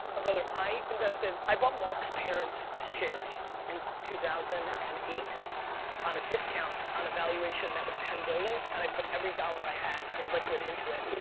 brother, i invested, i bought mark's parents shares in two thousand and eight on a discount on a valuation that was ten billion dollars, and i put every dollar i had in liquid into it.